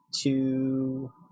Two